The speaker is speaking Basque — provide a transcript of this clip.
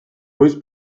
voice